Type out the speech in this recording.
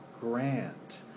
grant